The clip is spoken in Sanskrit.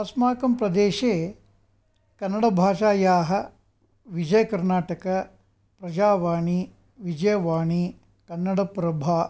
अस्माकं प्रदेशे कन्नडभाषायाः विजयकर्नाटक प्रजावाणि विजयवाणि कन्नडप्रभा